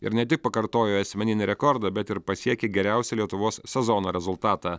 ir ne tik pakartojo asmeninį rekordą bet ir pasiekė geriausią lietuvos sezono rezultatą